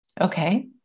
okay